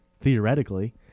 Theoretically